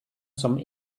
some